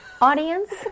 audience